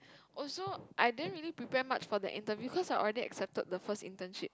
also I didn't really prepare much for the interview cause I've already accepted the first internship